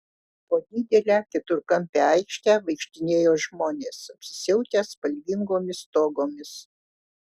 po didelę keturkampę aikštę vaikštinėjo žmonės apsisiautę spalvingomis togomis